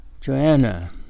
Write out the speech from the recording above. joanna